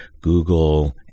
google